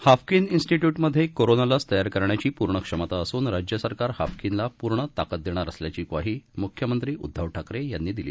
Haffkine institute मधे corona लस तयार करण्याची पूर्ण क्षमता असून राज्य सरकार हाफकिनला पूर्ण ताकद देणार असल्याची ग्वाही मुख्यमंत्री उद्धव ठाकरे यांनी आज दिली